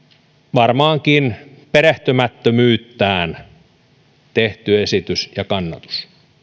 varmaankin perehtymättömyyttään tehty esitys ja kannatus